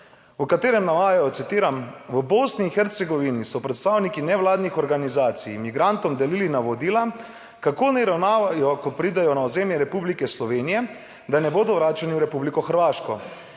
v katerem navajajo citiram: "V Bosni in Hercegovini so predstavniki nevladnih organizacij migrantom delili navodila, kako naj ravnajo, ko pridejo na ozemlje Republike Slovenije, da ne bodo vračani v Republiko Hrvaško.